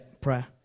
prayer